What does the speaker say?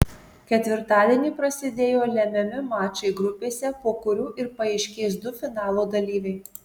ketvirtadienį prasidėjo lemiami mačai grupėse po kurių ir paaiškės du finalo dalyviai